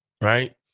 right